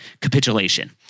capitulation